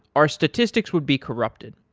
our statistics would be corrupted.